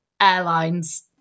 airlines